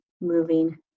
moving